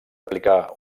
aplicar